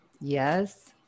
Yes